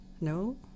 No